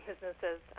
businesses